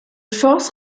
forces